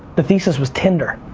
the thesis was tinder.